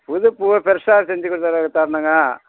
புதுப் பூவு ஃப்ரெஷ்ஷாக செஞ்சிக் கு தர் தரணுங்க